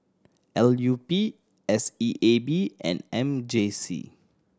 L U P S E A B and M J C